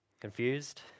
Confused